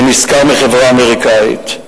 שנשכר מחברה אמריקנית.